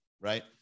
right